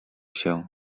się